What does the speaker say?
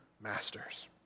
masters